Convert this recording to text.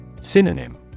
Synonym